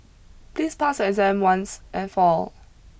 please pass your exam once and for all